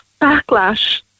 backlash